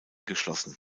geschlossen